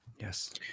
Yes